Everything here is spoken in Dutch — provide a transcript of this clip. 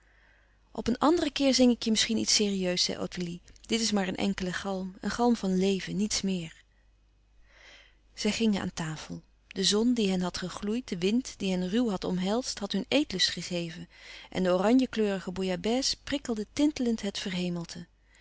op een anderen keer zing ik je misschien iets serieus zei ottilie dit is maar een enkele galm een galm van leven niets meer zij gingen aan tafel de zon die hen had gegloeid de wind die hen ruw had omhelsd had hun eetlust gegeven en de oranjekleurige bouillabaisse prikkelde tintelend het